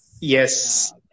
yes